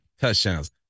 touchdowns